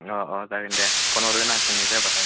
अ अ जागोन दे फन हरगोन आं थांनाय जाब्लाथाय